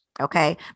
Okay